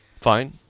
Fine